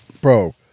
Bro